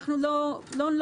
אנחנו לא נאסור,